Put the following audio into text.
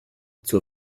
zur